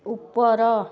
ଉପର